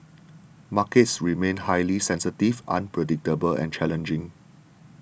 markets remain highly sensitive unpredictable and challenging